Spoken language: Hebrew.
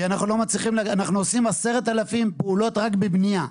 אנחנו עושים 10,000 פעולות רק בבנייה.